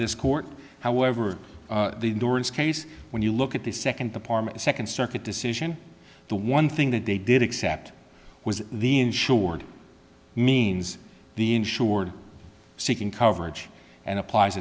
this court however the case when you look at the second department second circuit decision the one thing that they did accept was the insured means the insured seeking coverage and applies